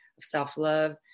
self-love